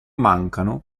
mancano